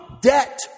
Debt